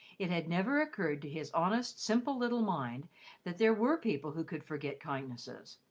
it had never occurred to his honest, simple little mind that there were people who could forget kindnesses.